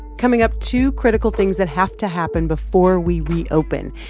coming up, two critical things that have to happen before we reopen,